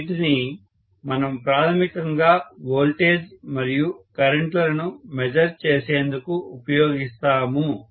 వీటిని మనము ప్రాథమికంగా వోల్టేజ్ మరియు కరెంటు లను మెజర్ చేసేందుకు ఉపయోగిస్తాము